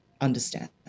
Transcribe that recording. understand